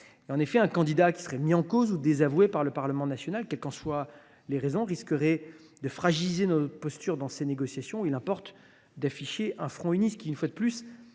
En effet, un candidat mis en cause ou désavoué par le Parlement national, quelles qu’en soient les raisons, risquerait de fragiliser notre posture dans ces négociations, où il importe d’afficher un front uni – ce qui, là encore,